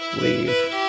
leave